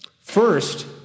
First